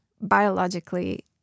biologically